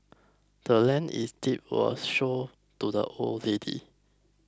the land's deed was sold to the old lady